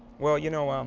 well, you know,